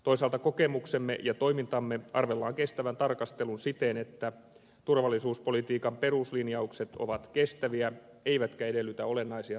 toisaalta kokemuksemme ja toimintamme arvellaan kestävän tarkastelun siten että turvallisuuspolitiikan peruslinjaukset ovat kestäviä eivätkä edellytä olennaisia tarkastuksia